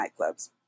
nightclubs